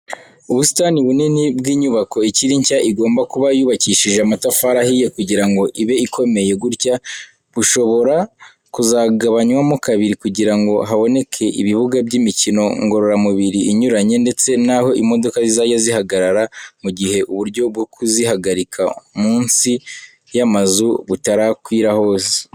Ubusitani bunini bw'inyubako ikiri nshya, igomba kuba yubakishije amatafari ahiye kugira ngo ibe ikomeye gutya. Bushobora kuzagabanywamo kabiri kugira ngo haboneke ibibuga by'imikino ngororamubiri inyuranye, ndetse naho imodoka zizajya zihagarara, mu gihe uburyo bwo kuzihagarika munsi y'amazu butarakwira hose.